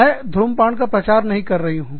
मैं धूम्रपान का प्रचार नहीं कर रही हूँ